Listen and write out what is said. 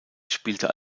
spielte